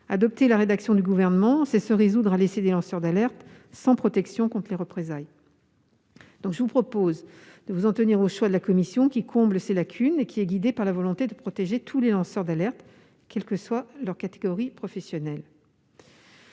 adopter la rédaction du Gouvernement, c'est se résoudre à laisser certains lanceurs d'alerte sans protection contre d'éventuelles représailles. Je vous propose donc de vous en tenir au choix de la commission, qui comble ces lacunes et qui est guidé par la volonté de protéger tous les lanceurs d'alerte, quelle que soit leur catégorie professionnelle.